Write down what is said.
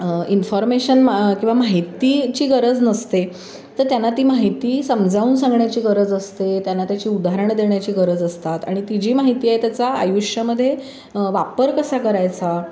information मा किंवा माहितीची गरज नसते तर त्यांना ती माहिती समजावून सांगण्याची गरज असते त्यांना त्याची उदाहरणं देण्याची गरज असतात आणि ती जी माहिती आहे त्याचा आयुष्यामध्ये वापर कसा करायचा